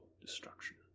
destruction